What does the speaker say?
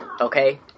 okay